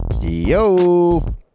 Yo